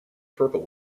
purple